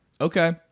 Okay